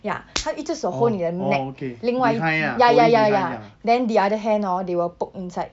ya 他一只手 hold 你的 neck 另外 ya ya ya ya ya then the other hand hor they will poke inside